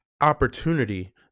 opportunity